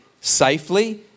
safely